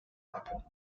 happen